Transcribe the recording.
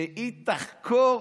שהיא תחקור